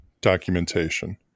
documentation